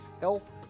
health